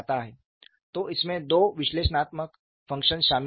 तो इसमें दो विश्लेषणात्मक फंक्शन शामिल हैं